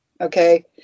okay